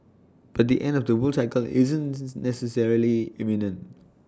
but the end of the bull cycle isn't necessarily imminent